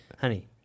Honey